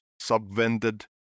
subvented